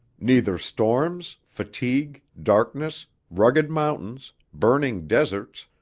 neither storms, fatigue, darkness, rugged mountains, burning deserts,